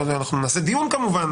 נעשה דיון כמובן,